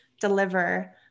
deliver